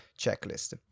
checklist